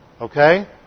Okay